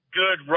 good